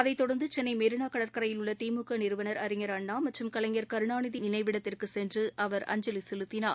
அதைத் தொடர்ந்து சென்னை மெரினா கடற்கரையில் உள்ள திமுக நிறுவனர் அறிஞர் அண்ணா மற்றும் கலைஞர் கருணாநிதி நினைவிடத்திற்கு சென்று அவர் அஞ்சலி செலுத்தினார்